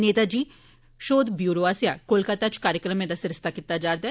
नेता जी शोध ब्यूरो आस्सेया कोलकाता च कार्यक्रमें दा सरिस्ता कीता जा रदा ऐ